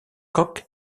coque